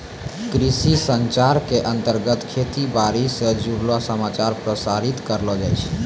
कृषि संचार के अंतर्गत खेती बाड़ी स जुड़लो समाचार प्रसारित करलो जाय छै